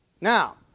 Now